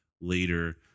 later